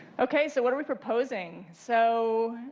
okay so what are we proposing? so